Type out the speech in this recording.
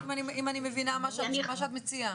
זה מה שאת אומרת, אם אני מבינה מה שאת מציעה.